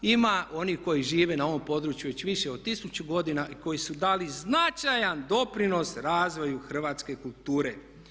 Ima onih koji žive na ovom području već više od 1000 godina i koji su dali značajan doprinos razvoju hrvatske kulture.